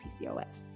PCOS